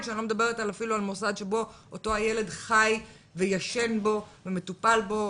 כשאני לא מדברת אפילו על מוסד שבו אותו ילד חי וישן בו ומטופל בו